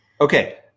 Okay